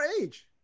age